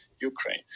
Ukraine